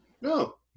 No